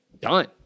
done